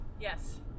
Yes